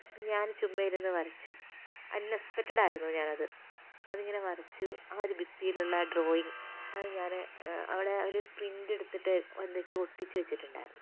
ഞാൻ ചുമ്മ ഇരുന്നു വരച്ചു അൺഎക്സ്പെക്ടഡായിരുന്നു ഞാൻ അത് അതിങ്ങനെ വരച്ചു ആ ഒരു ഭിത്തിയിലുള്ള ഡ്രോയിങ്ങ് അത് ഞാൻ അവിടെ അവർ പ്രിൻ്റ് എടുത്തിട്ട് എന്തൊക്കെയോ ഒട്ടിച്ച് വച്ചിട്ടുണ്ടായിരുന്നു